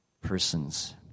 persons